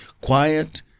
quiet